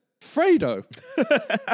Fredo